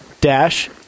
Dash